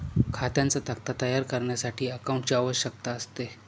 खात्यांचा तक्ता तयार करण्यासाठी अकाउंटंटची आवश्यकता असते